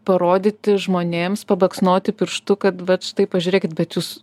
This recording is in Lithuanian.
parodyti žmonėms pabaksnoti pirštu kad vat štai pažiūrėkit bet jūs